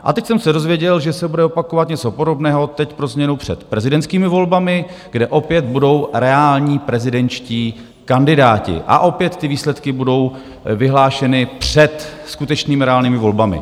A teď jsem se dozvěděl, že se bude opakovat něco podobného, teď pro změnu před prezidentskými volbami, kde opět budou reální prezidentští kandidáti, a opět ty výsledky budou vyhlášeny před skutečnými, reálnými volbami.